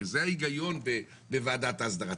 הרי זה ההיגיון בוועדת ההסדרה.